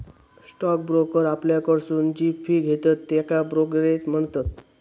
stock broker आपल्याकडसून जी fee घेतत त्येका ब्रोकरेज म्हणतत